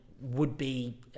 would-be